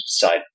decide